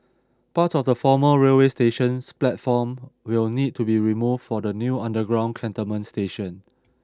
parts of the former railway station's platform will need to be removed for the new underground Cantonment station